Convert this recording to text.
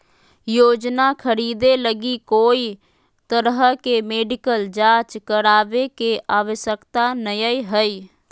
योजना खरीदे लगी कोय तरह के मेडिकल जांच करावे के आवश्यकता नयय हइ